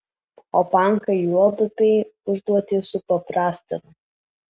o pankai juodupei užduotį supaprastino